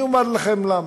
אני אומר לכם למה: